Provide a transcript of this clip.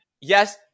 yes